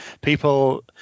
People